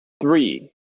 three